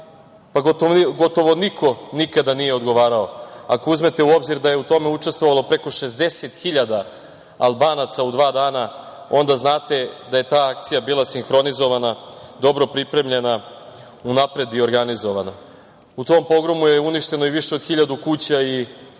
gotovo niko nikada nije odgovarao. Ako uzmete u obziru da je u tome učestvovalo preko 60 hiljada Albanaca u dva dana, onda znate da je ta akcija bila sinhronizovana, dobro pripremljena, unapred i organizovana.U tom pogromu je uništeno i više od hiljadu kuća i to